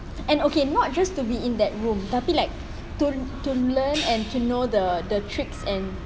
and okay not just to be in that room tapi like to to learn and to know the the tricks and